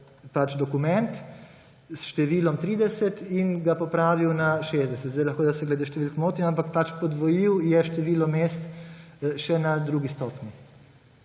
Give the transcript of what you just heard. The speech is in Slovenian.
pač dokument s številom 30 in ga popravil na 60. Zdaj lahko, da se glede številk motim, ampak pač podvojil je število mest še na drugi stopnji.